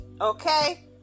okay